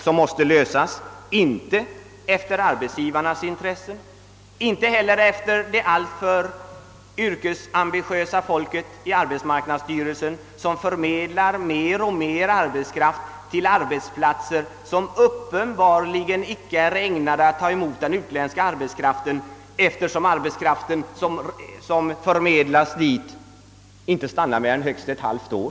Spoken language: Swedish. Det måste lösas men inte efter arbetsgivarnas intresse och inte heller efter metoder som tillämpats av de alltför yrkesambitiösa personerna i arbetsmarknadsstyrelsen, vilka förmedlat mer och mer arbetskraft till arbetsplatser som uppenbarligen inte är ägnade att ta emot den utländska arbetskraften, eftersom den inte stannar där mer än högst ett halvt år.